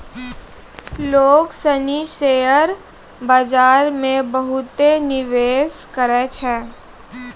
लोग सनी शेयर बाजार मे बहुते निवेश करै छै